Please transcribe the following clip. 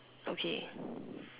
okay